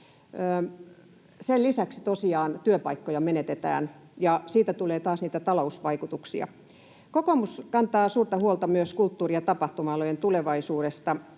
Sen lisäksi tosiaan työpaikkoja menetetään, ja siitä tulee taas niitä talousvaikutuksia. Kokoomus kantaa suurta huolta myös kulttuuri- ja tapahtuma-alojen tulevaisuudesta.